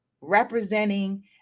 representing